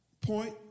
point